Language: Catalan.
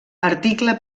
article